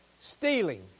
stealing